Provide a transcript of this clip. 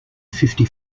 fifty